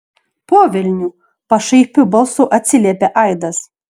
po velnių pašaipiu balsu atsiliepė aidas